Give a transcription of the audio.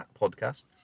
podcast